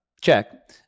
check